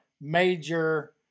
Major